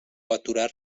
aturar